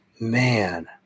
Man